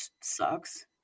sucks